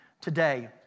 today